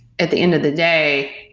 at the end of the day,